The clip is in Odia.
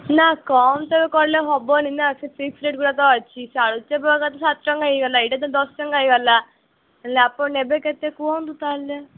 ନାଁ କମ୍ ତ କରିଲେ ହବନି ନାଁ ସେ ଫିକ୍ସ୍ ରେଟ୍ ଗୁଡ଼ାକ ଅଛି ସେ ଆଳୁଚପ ଆକା ତ ସାତ ଟଙ୍କା ହେଇଗଲା ଏଇଟା ତ ଦଶ ଟଙ୍କା ହେଇଗଲା ହେଲେ ଆପଣ ନେବେ କେତେ କୁହନ୍ତୁ ତା'ହେଲେ